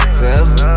forever